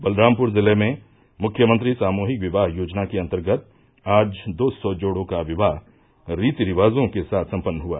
बलरामपुर जिले में मुख्यमंत्री सामूहिक विवाह योजना के अन्तर्गत आज दो सौ जोड़ो का विवाह रीति रिवाजों के साथ सम्पन्न हुआ